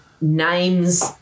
names